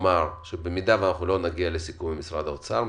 שבמידה ולא תגיעו לסיכום עם משרד האוצר,